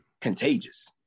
contagious